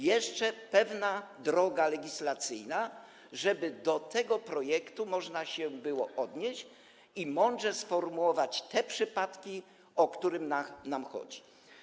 jeszcze pewna droga legislacyjna, żeby do tego projektu można się było odnieść i mądrze sformułować te przypadki, o które nam chodzi.